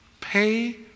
Pay